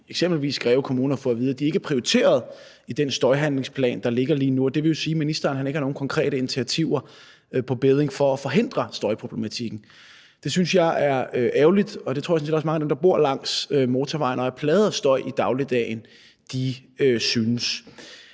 eksempelvis Greve Kommune, at få at vide, at de ikke er prioriteret i den støjhandlingsplan, der ligger lige nu. Det vil jo sige, at ministeren ikke har nogen konkrete initiativer på bedding for at forhindre støjproblematikken. Det synes jeg er ærgerligt, og det tror jeg sådan set også at mange af dem, der bor langs motorvejen og er plaget af støj i dagligdagen, synes.